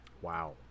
Wow